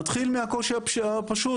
נתחיל מהקושי הפשוט,